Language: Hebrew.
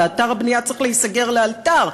ואתר הבנייה צריך להיסגר לאלתר,